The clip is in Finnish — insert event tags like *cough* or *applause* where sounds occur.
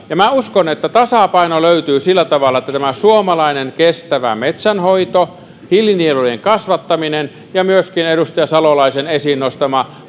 minä uskon että tasapaino löytyy sillä tavalla että tämä suomalainen kestävä metsänhoito hiilinielujen kasvattaminen ja myöskin edustaja salolaisen esiin nostama *unintelligible*